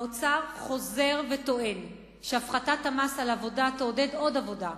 האוצר חוזר וטוען שהפחתת המס על עבודה תעודד עוד עבודה.